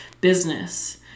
business